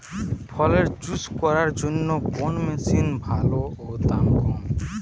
ফলের জুস করার জন্য কোন মেশিন ভালো ও দাম কম?